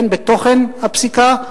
הן בתוכן הפסיקה,